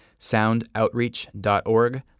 soundoutreach.org